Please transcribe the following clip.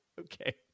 Okay